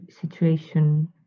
situation